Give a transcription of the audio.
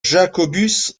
jacobus